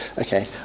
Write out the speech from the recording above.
Okay